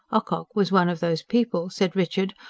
ocock was one of those people, said richard,